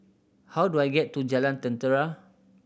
how do I get to Jalan Jentera